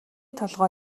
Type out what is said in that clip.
толгой